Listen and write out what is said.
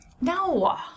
No